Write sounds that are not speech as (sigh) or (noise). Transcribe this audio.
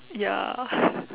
ya (laughs)